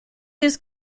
his